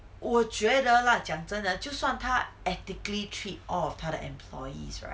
我觉得啦讲真的就算他 ethically treat all of 他的 employees right